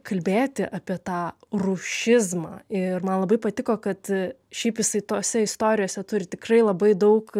kalbėti apie tą rūšizmą ir man labai patiko kad šiaip jisai tose istorijose turi tikrai labai daug